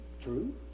True